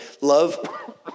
Love